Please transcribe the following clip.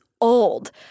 old